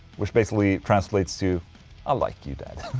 which basically translates to i like you, dad'